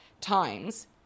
times